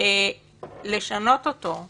יגרום למניפולציות פוליטיות